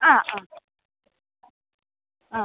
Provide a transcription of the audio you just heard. ആ ആ ആ